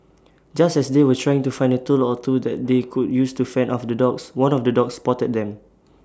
just as they were trying to find A tool or two that they could use to fend off the dogs one of the dogs spotted them